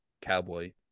cowboy